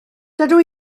dydw